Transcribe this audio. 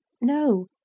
no